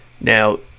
Now